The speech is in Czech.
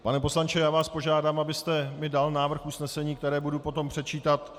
Pane poslanče, požádám vás, abyste mi dal návrh usnesení, které budu potom předčítat.